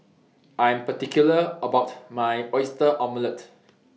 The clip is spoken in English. I Am particular about My Oyster Omelette